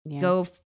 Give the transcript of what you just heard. go